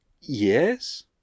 Yes